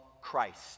Christ